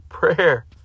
Prayer